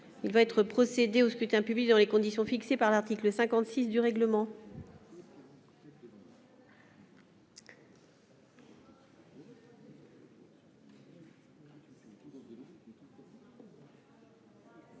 Il va être procédé au scrutin dans les conditions fixées par l'article 56 du règlement. Le